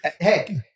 hey